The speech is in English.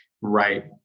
right